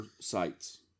sites